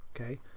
okay